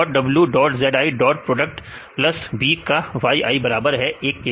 top w dot zi dot product plus b का yi बराबर है 1 के